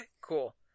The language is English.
cool